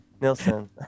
Nilsson